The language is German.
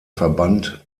verband